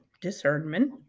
discernment